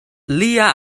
lia